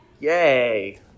Yay